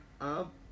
up